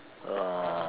uh